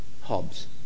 Hobbes